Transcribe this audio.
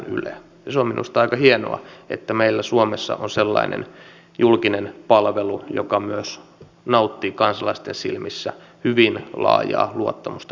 minusta on aika hienoa että meillä suomessa on sellainen julkinen palvelu joka myös nauttii kansalaisten silmissä hyvin laajaa luottamusta vuodesta toiseen